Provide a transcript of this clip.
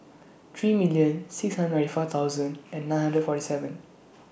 three million six hundred ninety four thousand and nine hundred forty seven